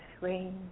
rain